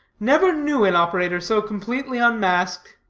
never knew an operator so completely unmasked.